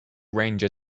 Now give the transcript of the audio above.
ranger